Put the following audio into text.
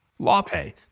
LawPay